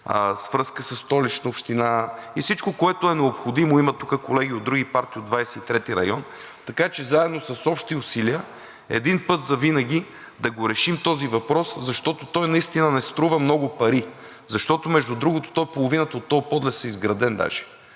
свръзка със Столична община и всичко, което е необходимо. Има тук колеги от други партии от 23 район, така че заедно с общи усилия един път завинаги да го решим този въпрос. Защото той наистина не струва много пари. Защото между другото половината от този подлез е изграден даже.